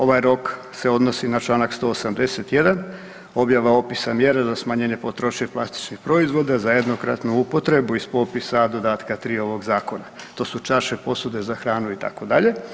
Ovaj rok se odnosi na čl. 181. objava opisa mjere za smanjenje potrošnje plastičnih proizvoda za jednokratnu upotrebu iz popisa a dodatka 3 ovog zakona, to su čaše, posude za hranu itd.